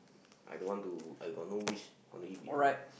I don't want to I got no wish only with you